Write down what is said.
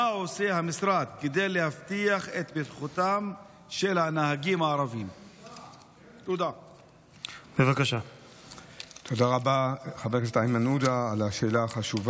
2. מה עושה